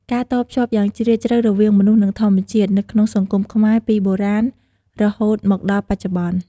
ការតភ្ជាប់យ៉ាងជ្រាលជ្រៅរវាងមនុស្ស និងធម្មជាតិ នៅក្នុងសង្គមខ្មែរពីបុរាណរហូតមកដល់បច្ចុប្បន្ន។